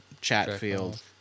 Chatfield